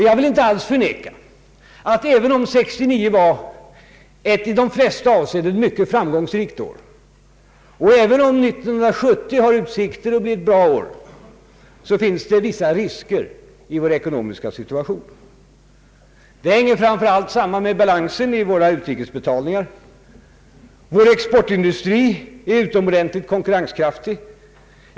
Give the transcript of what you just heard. Jag vill inte alls förneka att 1969 var ett i de flesta avseenden mycket framgångsrikt år, och även om 1970 har utsikter att bli ett bra år, finns det vissa risker i vår ekonomiska situation. Vår exportindustri är utomordentligt konkurrenskraftig.